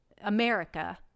America